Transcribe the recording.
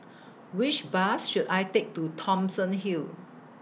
Which Bus should I Take to Thomson Hill